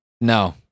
No